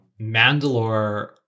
Mandalore